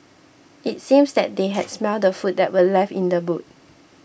it seemed that they had smelt the food that were left in the boot